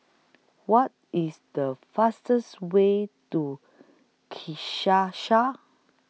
What IS The fastest Way to Kinshasa